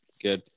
good